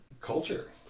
culture